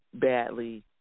badly